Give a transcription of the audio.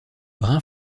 brun